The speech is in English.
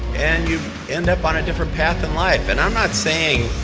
and you end up on a different path in life. and i'm not saying